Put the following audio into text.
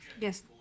Yes